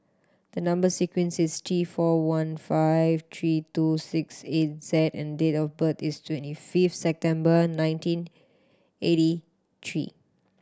the number sequence is T four one five three two six eight Z and date of birth is twenty fifth September nineteen eighty three